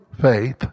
faith